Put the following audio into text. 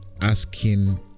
asking